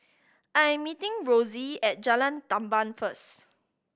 I'm meeting Rossie at Jalan Tamban first